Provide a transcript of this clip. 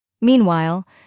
Meanwhile